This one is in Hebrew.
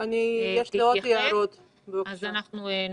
אני אתן